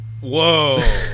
Whoa